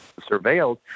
surveilled